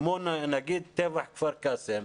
כמו למשל טבח כפר קאסם.